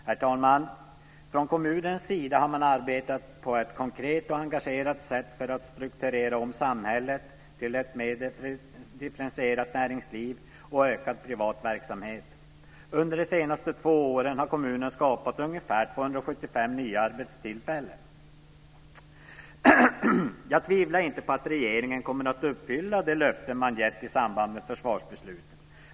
Herr talman! Från kommunens sida har man arbetat på ett konkret och engagerat sätt för att strukturera om samhället till ett mer differentierat näringsliv och till ökad privat verksamhet. Under de senaste två åren har kommunen skapat ungefär 275 nya arbetstillfällen. Jag tvivlar inte på att regeringen kommer att uppfylla det löfte man har givit i samband med försvarsbeslutet.